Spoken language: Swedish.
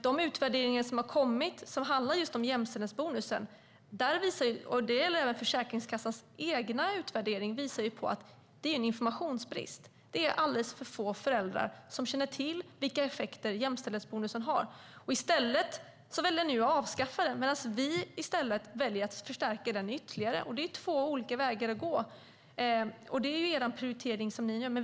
De utvärderingar som har kommit som handlar om jämställdhetsbonusen - det gäller även Försäkringskassans egen utvärdering - visar på en informationsbrist. Det är alldeles för få föräldrar som känner till vilka effekter jämställdhetsbonusen har. Ni väljer nu att avskaffa den, medan vi i stället väljer att förstärka den ytterligare. Det är två olika vägar att gå, och det är den prioritering som ni gör.